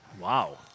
Wow